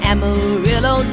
Amarillo